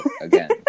again